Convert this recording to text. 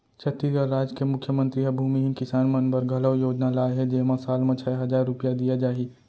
छत्तीसगढ़ राज के मुख्यमंतरी ह भूमिहीन किसान मन बर घलौ योजना लाए हे जेमा साल म छै हजार रूपिया दिये जाही